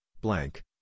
blank